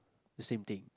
the same thing